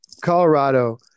Colorado